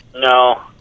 No